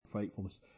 faithfulness